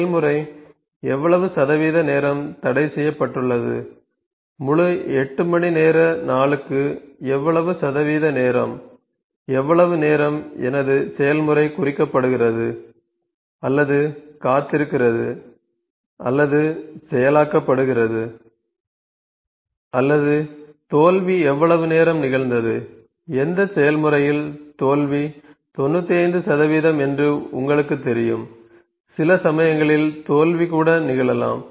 செயல்முறை எவ்வளவு சதவீத நேரம் தடைசெய்யப்பட்டுள்ளது முழு 8 மணி நேர நாளுக்கு எவ்வளவு சதவீதம் நேரம் எவ்வளவு நேரம் எனது செயல்முறை குறிக்கப்படுகிறது அல்லது காத்திருக்கிறது அல்லது செயலாக்கபடுகிறது அல்லது தோல்வி எவ்வளவு நேரம் நிகழ்ந்தது எந்த செயல்முறையில் தோல்வி 95 என்று உங்களுக்குத் தெரியும் சில சமயங்களில் தோல்வி கூட நிகழலாம்